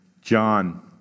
John